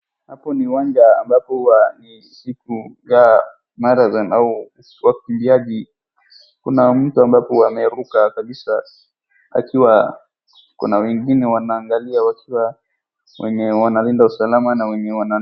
Hapo ni uwanja ambapo ni wa siku marathon au wakimbiaji. Kuna mtu ambaye ameruka kabisa akiwa, kuna wengine wanaangalia wakiwa wenye wanalinda usalama na wenye wana.